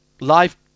live